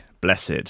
Blessed